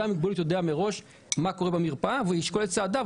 אדם עם מוגבלות יודע מראש מה קורה במרפאה והוא ישקול את צעדיו,